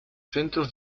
centros